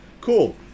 Cool